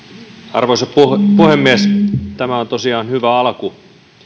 arvoisa puhemies tämä on tosiaan hyvä alku